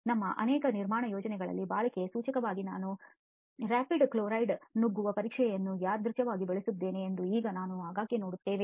ನಮ್ಮ ಅನೇಕ ನಿರ್ಮಾಣ ಯೋಜನೆಗಳಲ್ಲಿ ಬಾಳಿಕೆ ಸೂಚಕವಾಗಿ ನಾವು ಕ್ಷಿಪ್ರ ಕ್ಲೋರೈಡ್ ನುಗ್ಗುವ ಪರೀಕ್ಷೆಯನ್ನು ಯಾದೃಚ್ ವಾಗಿ ಬಳಸುತ್ತಿದ್ದೇವೆ ಎಂದು ಈಗ ನೀವು ಆಗಾಗ್ಗೆ ನೋಡುತ್ತೀರಿ